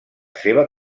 seva